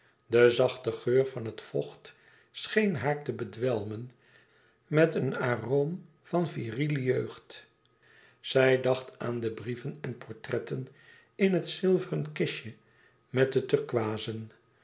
de zachte geur van het vocht scheen haar te bedwelmen met een aroom van virile jeugd zij dacht aan de brieven en portretten in het zilveren kistje met de